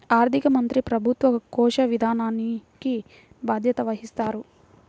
ఆర్థిక మంత్రి ప్రభుత్వ కోశ విధానానికి బాధ్యత వహిస్తారు